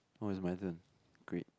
oh it's my turn great